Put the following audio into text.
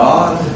God